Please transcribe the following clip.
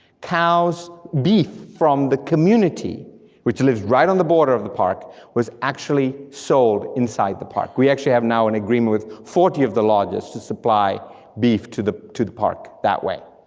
cows, beef from the community which lives right on the border of the park was actually sold inside the park. we actually have now an agreement with forty of the lodges to supply beef to the to the park that way.